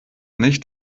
nicht